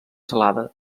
salada